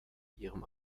ihrem